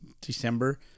December